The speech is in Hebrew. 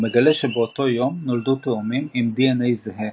הוא מגלה שבאותו יום נולדו תאומים עם דנ"א זהה,